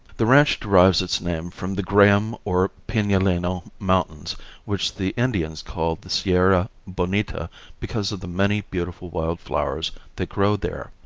the ranch derives its name from the graham or pinaleno mountains which the indians called the sierra bonita because of the many beautiful wild flowers that grow there.